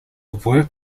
work